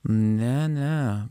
ne ne